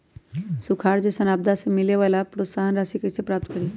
सुखार जैसन आपदा से मिले वाला प्रोत्साहन राशि कईसे प्राप्त करी?